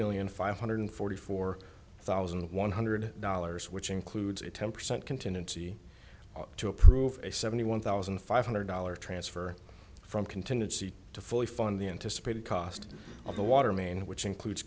million five hundred forty four thousand one hundred dollars which includes a ten percent contingency to approve a seventy one thousand five hundred dollars transfer from contingency to fully fund the anticipated cost of the water main which includes